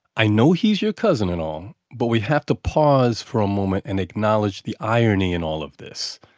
i know he's your cousin and all, but we have to pause for a moment and acknowledge the irony in all of this.